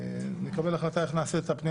נקבל החלטה איך נעשה זאת.